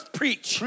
preach